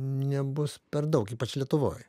nebus per daug ypač lietuvoj